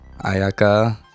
ayaka